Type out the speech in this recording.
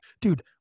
Dude